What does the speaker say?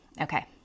Okay